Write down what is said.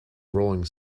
rolling